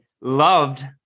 loved